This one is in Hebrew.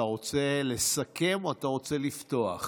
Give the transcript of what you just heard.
אתה רוצה לסכם או שאתה רוצה לפתוח?